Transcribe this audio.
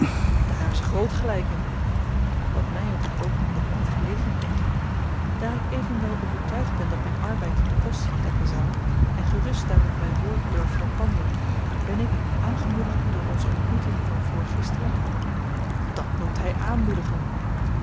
daar hebben ze groot gelyk in wat my op die oogenblik niet gelegen komt daar ik evenwel overtuigd ben dat myn arbeid de kosten dekken zou en gerust daarop myn woord durf verpanden ben ik aangemoedigd door onze ontmoeting van voorgisteren dat noemt hy aanmoedigen